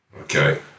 Okay